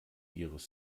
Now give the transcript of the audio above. ihres